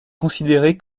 considéré